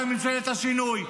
הייתה ממשלת השינוי.